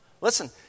Listen